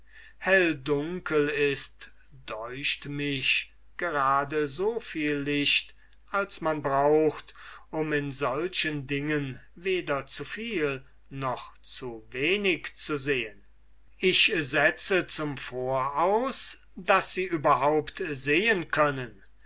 helldunkel ist deucht mich gerade so viel licht als man gebraucht um weder zu viel noch zu wenig zu sehen ich setze zum voraus daß sie überhaupt sehen können